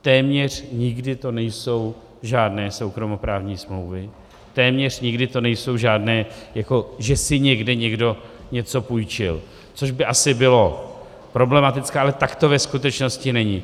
Téměř nikdy to nejsou žádné soukromoprávní smlouvy, téměř nikdy to nejsou žádné, jako že si někde někdo něco půjčil, což by asi bylo problematické, ale tak to ve skutečnosti není.